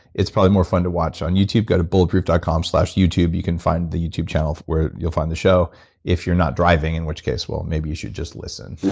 it's probably more fun to watch. on youtube, go to bulletproof dot com slash youtube. you can find the youtube channel where you'll find the show if you're not driving, in which case, well, maybe you should just listen.